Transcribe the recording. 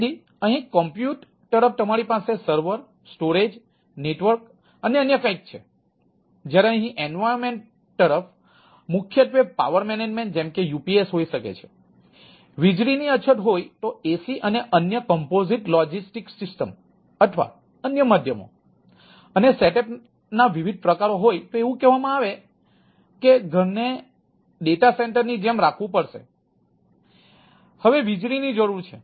તેથી અહીં કોમ્પ્યુટ છે